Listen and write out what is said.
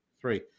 three